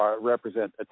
represent